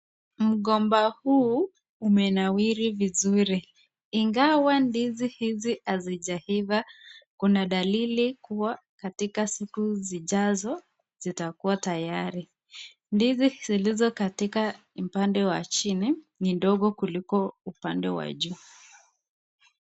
Mgomba huu umenawiri vizuri, ingawa ndizi hizi hazijaiva kuna dalili kua katika siku zijazo zitakua tayari. Ndizi zilizo katika upande wa chini ni ndogo kuliko upande wa juu.